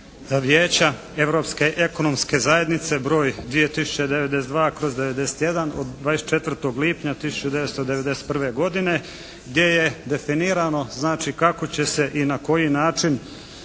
Vijeća europske ekonomske zajednice broj 2092/91 od 24. lipnja 1991. godine gdje je definirano znači kako će se i na koji način